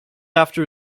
after